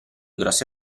grosse